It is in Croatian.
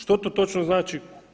Što to točno znači?